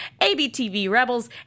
#ABTVRebels